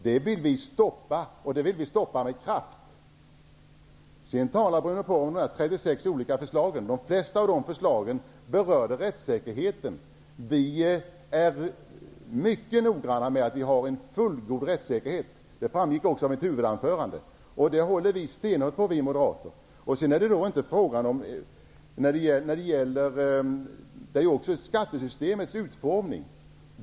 Detta vill vi med kraft stoppa. Bruno Poromaa talar om de 36 olika förslagen. De flesta av dessa förslag berörde rättssäkerheten. Vi är mycket noga med att rättssäkerheten skall vara fullgod, vilket också framgick av mitt huvudanförande. Detta håller vi moderater stenhårt på. Det handlar också om skattesystemets utformning.